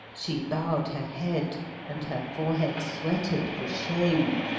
she bowed her head and her forehead sweated for shame,